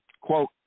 quote